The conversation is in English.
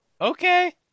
Okay